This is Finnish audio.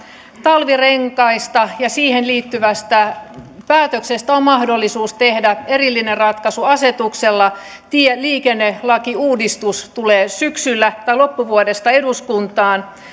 talvirenkaista ja siihen liittyvästä päätöksestä on mahdollisuus tehdä erillinen ratkaisu asetuksella tieliikennelakiuudistus tulee loppuvuodesta eduskuntaan